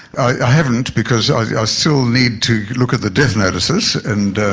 i haven't, because i still need to look at the death notices, and